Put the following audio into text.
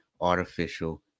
artificial